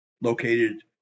located